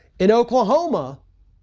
in oklahoma,